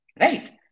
Right